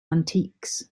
antiques